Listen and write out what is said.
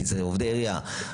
כי אלה עובדי עירייה.